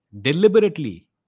deliberately